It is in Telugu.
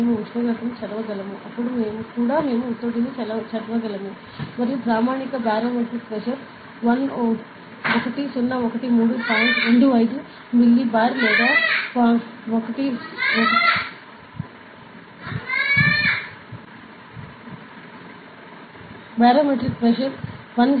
మేము ఉష్ణోగ్రతను చదవగలము అప్పుడు కూడా మేము ఒత్తిడిని చదవగలము మరియు ప్రామాణిక బారోమెట్రిక్ ప్రెషర్ 1013